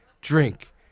Drink